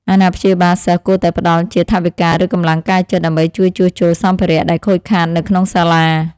អាណាព្យាបាលសិស្សគួរតែផ្តល់ជាថវិកាឬកម្លាំងកាយចិត្ត ដើម្បីជួយជួសជុលសម្ភារៈដែលខូចខាតនៅក្នុងសាលា។